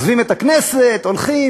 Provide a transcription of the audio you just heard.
עוזבים את הכנסת והולכים,